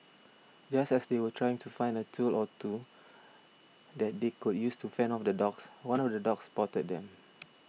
just as they were trying to find a tool or two that they could use to fend off the dogs one of the dogs spotted them